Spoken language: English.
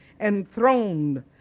enthroned